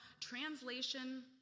translation